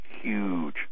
huge